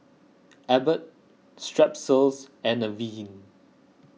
Abbott Strepsils and Avene